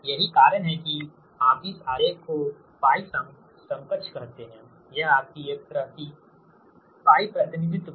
यही कारण है कि यही कारण है कि आप इस आरेख को π समकक्ष कहते हैं यह आपकी एक तरह की π प्रतिनिधित्व है